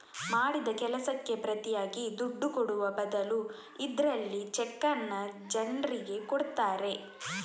ಮಾಡಿದ ಕೆಲಸಕ್ಕೆ ಪ್ರತಿಯಾಗಿ ದುಡ್ಡು ಕೊಡುವ ಬದಲು ಇದ್ರಲ್ಲಿ ಚೆಕ್ಕನ್ನ ಜನ್ರಿಗೆ ಕೊಡ್ತಾರೆ